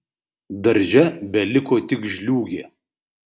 darže beliko tik žliūgė